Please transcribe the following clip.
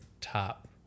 top